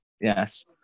yes